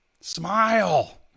Smile